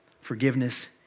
forgiveness